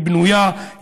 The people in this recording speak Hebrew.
היא בנויה,